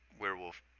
Werewolf